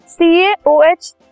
CaOH